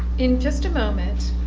in just a moment,